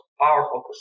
powerful